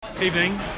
Evening